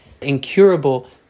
incurable